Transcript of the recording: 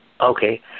Okay